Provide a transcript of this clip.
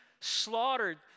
slaughtered